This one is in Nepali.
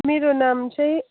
मेरो नाम चाहिँ